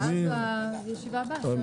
ואז בישיבה הבאה,